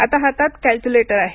आता हातात कॅलक्यूलेटर आहे